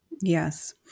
Yes